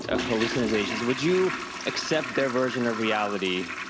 ah hallucinations, would you accept their version of reality,